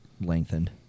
lengthened